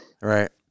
Right